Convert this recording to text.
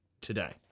today